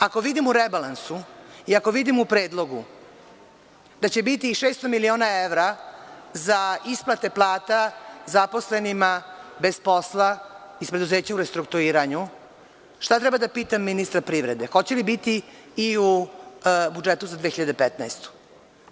Ako vidimo u rebalansu i ako vidimo u predlogu da će biti i 600 miliona evra za isplate plata zaposlenima bez posla iz preduzeća u restrukturiranju, šta treba da pitam ministra privrede – hoće li biti i u budžetu za 2015. godinu?